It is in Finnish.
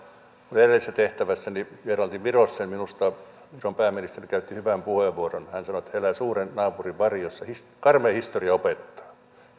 kun edellisessä tehtävässäni vierailtiin virossa niin minusta viron pääministeri käytti hyvän puheenvuoron hän sanoi että kun he elävät suuren naapurin varjossa niin karmea historia opettaa